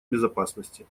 безопасности